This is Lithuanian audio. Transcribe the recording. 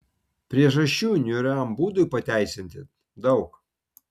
priežasčių niūriam būdui pateisinti daug